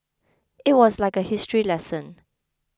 it was like a history lesson